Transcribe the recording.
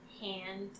hand